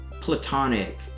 platonic